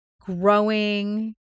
growing